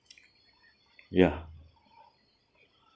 ya